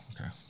Okay